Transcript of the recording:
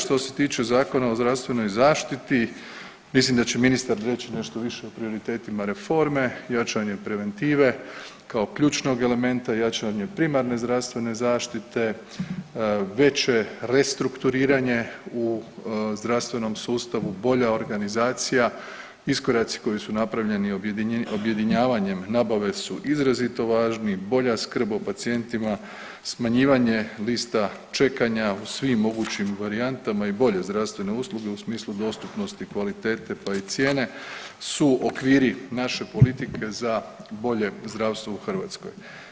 Što se tiče Zakona o zdravstvenoj zaštiti mislim da će ministar reći nešto više o prioritetima reforme, jačanje preventive kao ključnog elementa jačanje primarne zdravstvene zaštite, veće restrukturiranje u zdravstvenom sustavu, bolja organizacija, iskoraci koji su napravljeni objedinjavanjem nabave su izrazito važni, bolja skrb o pacijentima, smanjivanje lista čekanja u svim mogućim varijantama i bolje zdravstvene usluge u smislu dostupnosti kvalitete, pa i cijene su okviri naše politike za bolje zdravstvo u Hrvatskoj.